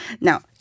Now